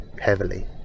heavily